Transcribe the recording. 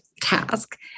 task